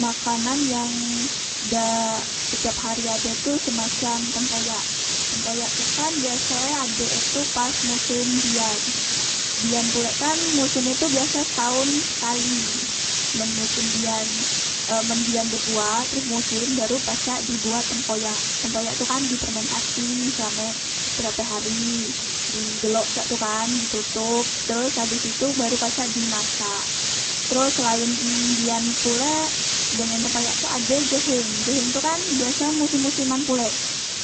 Makanan yang e dak tiap hari ade tu semacam tempoyak tempoyak tukan biaso e ade e tu pas mosem dian dian pulek kan mosem e itu biase setaon sekali men mosem dian e men dian bebuah teros mosem baru pacak dibuat tempoyak tempoyak tu kan di fermentasi selame berape hari di gelok cek tu kan totop teros abes itu baru pacak di masak teros selaen dian pulek dengen pepayak tu ade jeheng jeheng tu kan biasoe musim musim an pulek